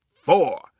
four